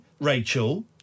Rachel